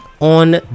on